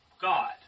God